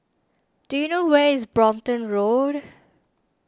do you know where is Brompton Road